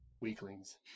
weaklings